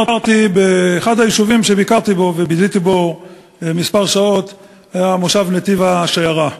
אחד היישובים שביקרתי בו וביליתי בו כמה שעות היה מושב נתיב-העשרה.